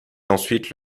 ensuite